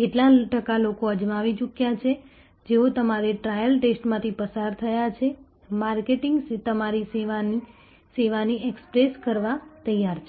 કેટલા ટકા લોકો અજમાવી ચૂક્યા છે જેઓ તમારી ટ્રાયલ ટેસ્ટમાંથી પસાર થયા છે માર્કેટિંગ તમારી સેવાની ઍક્સેસ કરવા તૈયાર છે